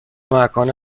مکان